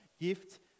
gift